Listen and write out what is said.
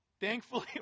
Thankfully